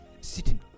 sitting